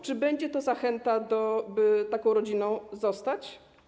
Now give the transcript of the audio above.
Czy będzie to zachętą do tego, by taką rodziną zostać?